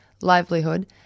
Livelihood